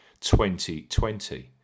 2020